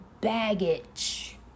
Baggage